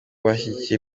bashyigikiye